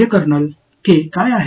என் kernel K என்ன